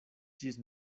ĝis